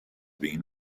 been